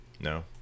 No